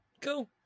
cool